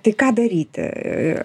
tai ką daryti